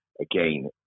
again